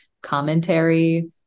commentary